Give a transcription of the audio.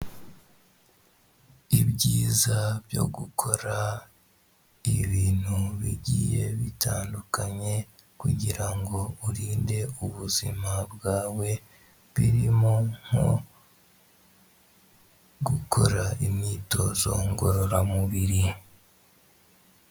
Ibyiza byo gukora ibintu bigiye bitandukanye kugirango urinde ubuzima bwawe birimo nko gukora imyitozo ngorora mubiri.